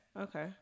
okay